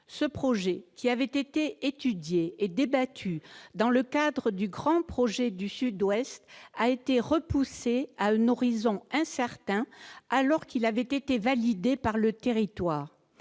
Ce projet, qui avait été étudié et débattu dans le cadre du Grand projet du Sud-Ouest, le GPSO, a été repoussé à un horizon incertain, alors qu'il avait été validé par le territoire.